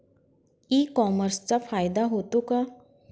E कॉमर्सचा फायदा होतो का?